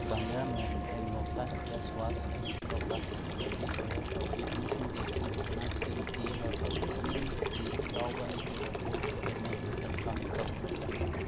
Garnier men AcnoFight face wash Astro plastic baby toilet potty ꯑꯃꯁꯨꯡ ꯗꯦꯁꯤ ꯒꯨꯊꯥꯅꯥꯁ slim tea herbal green tea ꯌꯥꯎꯕ ꯑꯩꯒꯤ ꯑꯣꯗꯔꯒꯤ payment ꯑꯗꯨ ꯀꯟꯐꯥꯔꯝ ꯇꯧꯈ꯭ꯔꯕꯔꯥ